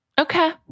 Okay